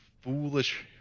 foolish